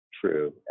true